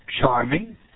charming